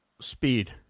Speed